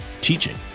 teaching